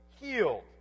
healed